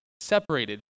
separated